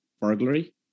burglary